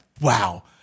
Wow